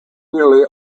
nearly